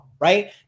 right